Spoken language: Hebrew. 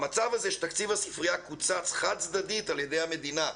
המצב הזה שתקציב הספרייה קוצץ חד-צדדית על ידי המדינה,